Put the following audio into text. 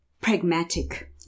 pragmatic